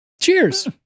Cheers